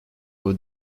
who